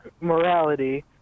morality